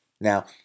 Now